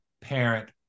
parent